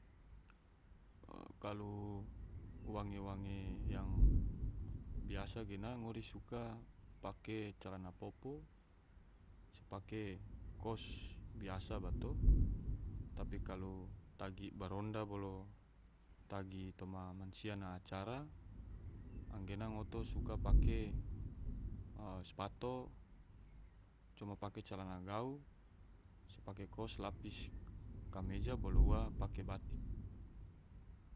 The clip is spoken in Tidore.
Kalu wange-wange yang biasa gena ngori suka pake calana popo, se pake kos biasa bato. tapi kalu tagi baronda bolo tagi toma mansia na acara anggena ngori suka pake spato, coma pake calana gau, pake kos lapis kameja ua ge batik